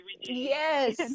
Yes